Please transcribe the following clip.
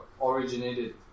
originated